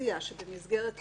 אפשר לכתוב